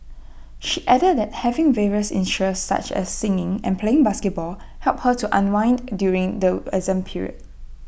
she added that having various interests such as singing and playing basketball helped her to unwind during the exam period